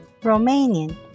Romanian